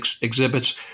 exhibits